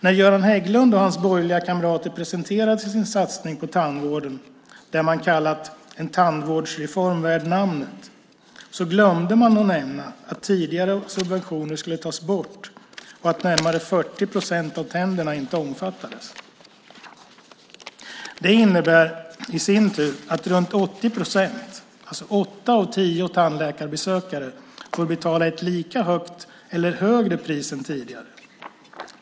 När Göran Hägglund och hans borgerliga kamrater presenterade sin satsning på tandvården, det man kallat en tandvårdsreform värd namnet, glömde man att nämna att tidigare subventioner skulle tas bort och att närmare 40 procent av tänderna inte omfattades. Det innebär i sin tur att runt 80 procent, alltså åtta av tio tandläkarbesökare, får betala ett lika högt eller högre pris än tidigare.